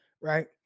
Right